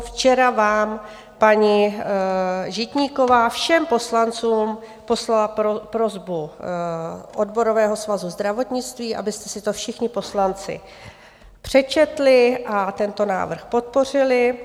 Včera vám paní Žitníková, všem poslancům, poslala prosbu Odborového svazu zdravotnictví, abyste si to všichni poslanci přečetli a tento návrh podpořili.